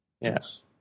Yes